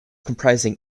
comprising